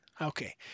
Okay